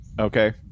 Okay